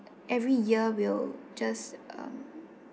every year we'll just um